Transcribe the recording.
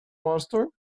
bolster